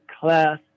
class